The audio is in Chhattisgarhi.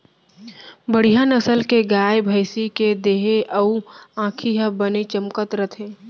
बड़िहा नसल के गाय, भँइसी के देहे अउ आँखी ह बने चमकत रथे